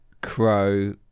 crow